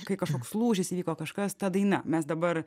kai kažkoks lūžis įvyko kažkas ta daina mes dabar